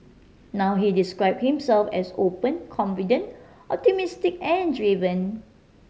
now he describe himself as open confident optimistic and driven